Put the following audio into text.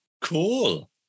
Cool